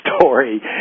story